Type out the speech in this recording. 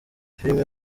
filime